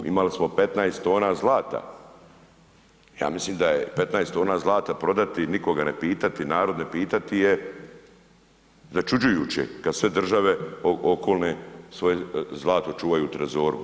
Imali smo 15 tona zlata, ja mislim da je, 15 tona zlata prodati nikoga ne pitati, narod ne pitati je začuđujuće kad sve države okolne svoje zlato čuvaju u trezoru.